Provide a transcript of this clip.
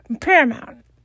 Paramount